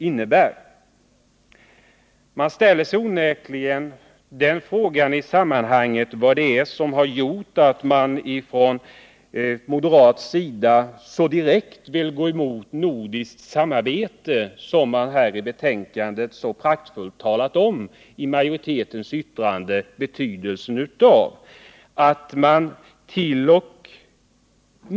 Jag vill ställa frågan: Vad är det som gjort att man från moderat sida så direkt vill gå emot ett nordiskt samarbete — ett nordiskt samarbete vars betydelse utskottsmajoriteten i sitt yttrande kraftigt understrukit?